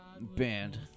Band